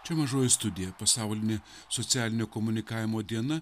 čia mažoji studija pasaulinė socialinio komunikavimo diena